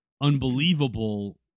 unbelievable